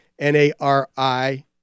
N-A-R-I